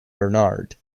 bernard